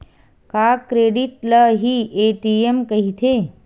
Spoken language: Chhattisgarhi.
का क्रेडिट ल हि ए.टी.एम कहिथे?